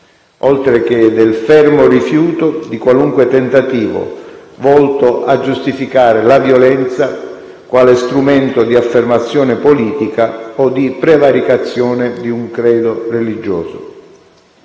oltre che del fermo rifiuto di qualunque tentativo volto a giustificare la violenza quale strumento di affermazione politica o di prevaricazione di un credo religioso.